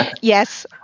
Yes